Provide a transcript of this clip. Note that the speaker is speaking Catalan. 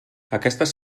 aquestes